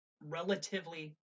relatively